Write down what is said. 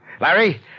Larry